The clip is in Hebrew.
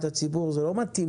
פעולות.